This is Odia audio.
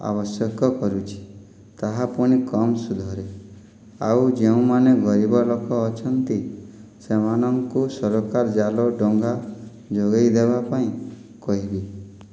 ଆବଶ୍ୟକ କରୁଛି ତାହା ପୁଣି କମ୍ ସୁଧରେ ଆଉ ଯେଉଁମାନେ ଗରିବ ଲୋକ ଅଛନ୍ତି ସେମାନଙ୍କୁ ସରକାର ଜାଲ ଡଙ୍ଗା ଯୋଗାଇ ଦେବା ପାଇଁ କହିବି